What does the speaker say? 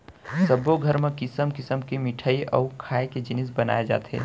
सब्बो घर म किसम किसम के मिठई अउ खाए के जिनिस बनाए जाथे